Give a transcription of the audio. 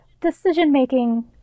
decision-making